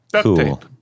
Cool